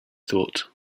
thought